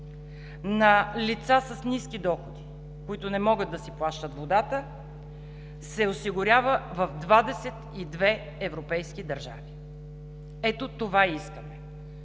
на лица с ниски доходи, които не могат да си плащат водата, се осигурява в 22 европейски държави. Ето това искаме